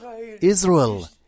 Israel